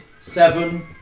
seven